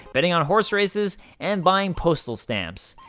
betting on horse races, and buying postal stamps.